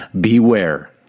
beware